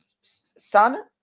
son